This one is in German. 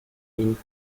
ihn